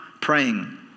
praying